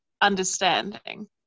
understanding